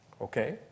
okay